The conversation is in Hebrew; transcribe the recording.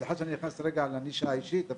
סליחה שאני נכנס רגע לנישה האישית,